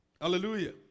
Hallelujah